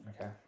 Okay